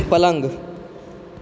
पलङ्ग